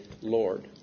Lord